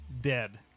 dead